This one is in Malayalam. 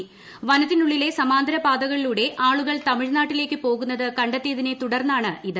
പ്രവന്ത്തിനുള്ളിലെ സമാന്തരപാതകളിലൂടെ ആളുകൾ തമിഴ്നാട്ടില്ലേക്കു പോകുന്നത് കണ്ടെത്തിയതിനെ തുടർന്നാണിത്